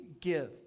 give